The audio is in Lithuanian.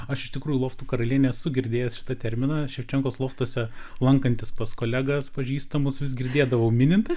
aš iš tikrųjų loftų karalienė esu girdėjęs šitą terminą ševčenkos loftuose lankantis pas kolegas pažįstamus vis girdėdavau minint